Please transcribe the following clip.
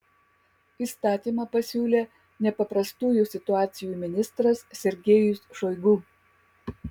įstatymą pasiūlė nepaprastųjų situacijų ministras sergejus šoigu